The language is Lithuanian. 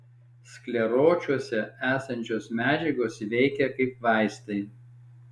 skleročiuose esančios medžiagos veikia kaip vaistai